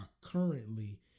currently